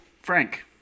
Frank